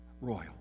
royal